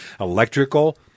Electrical